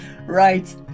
Right